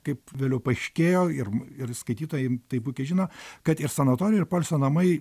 kaip vėliau paaiškėjo ir ir skaitytojai tai puikiai žino kad ir sanatorija ir poilsio namai